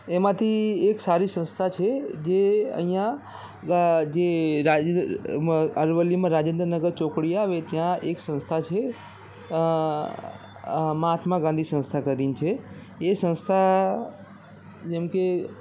એમાંથી એક સારી સંસ્થા છે જે અહીંયા જે રાજ અરવલ્લીમાં રાજેન્દ્રનગર ચોકડી આવે ત્યાં એક સંસ્થા છે મહાત્મા ગાંધી સંસ્થા કરીને છે એ સંસ્થા જેમ કે